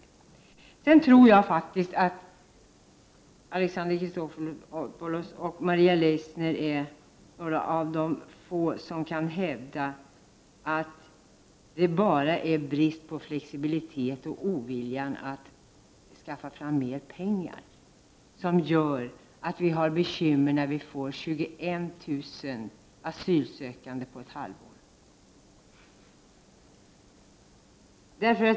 Sedan tror jag att det är få som i likhet med Alexander Chrisopoulos och Maria Leissner vill hävda att det bara är brist på flexibilitet och ovilja att skaffa fram mer pengar som gör att vi har bekymmer när vi får 21 000 asylsökande på ett halvår.